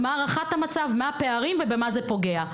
המצב, מה הערכת המצב, מה הפערים ובמה זה פוגע.